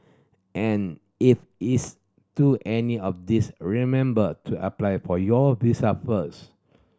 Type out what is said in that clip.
and if it's to any of these remember to apply for your visa first